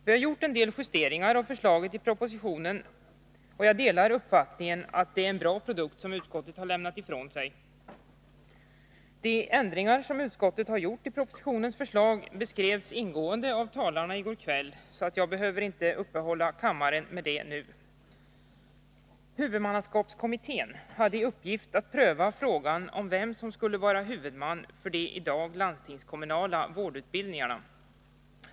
Vi har gjort ett antal justeringar av förslaget i propositionen, och jag delar uppfattningen att det är en bra produkt som utskottet lämnat ifrån sig. De ändringar som utskottet gjort i propositionens förslag beskrevs ingående av talarna i går kväll, så jag behöver inte uppehålla kammaren med den saken nu. Huvudmannaskapskommittén hade i uppgift att pröva frågan om vem som skulle vara huvudman för de i dag landstingskommunala vårdutbildningarna.